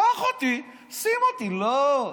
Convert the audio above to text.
קח אותי, שים אותי, לא.